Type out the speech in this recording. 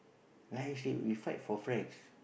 like I said we fight for friends